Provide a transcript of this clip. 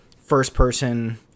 first-person